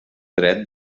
dret